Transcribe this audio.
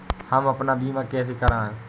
हम अपना बीमा कैसे कराए?